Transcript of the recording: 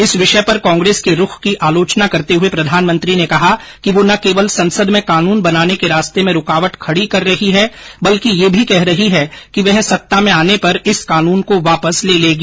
इस विषय पर कांग्रेस के रूख की आलोचना करते हुए प्रधानमंत्री ने कहा कि वो न केवल संसद में कानून बनाने के रास्ते में रूकाबट खड़ी कर रही है बल्कि ये भी कह रही है कि वह सत्ता में आने पर इस कानून को वापस ले लेगी